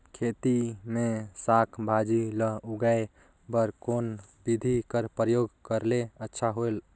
खेती मे साक भाजी ल उगाय बर कोन बिधी कर प्रयोग करले अच्छा होयल?